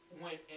went